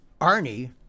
Arnie